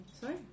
Sorry